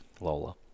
Lola